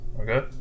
Okay